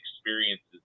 experiences